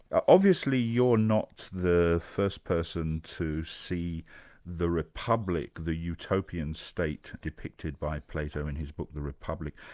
ah obviously you're not the first person to see the republic, the utopian state depicted by plato in his book the republic,